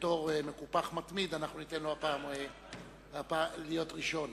שבתור מקופח מתמיד אנחנו ניתן לו הפעם להיות ראשון.